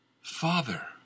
Father